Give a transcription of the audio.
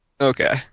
Okay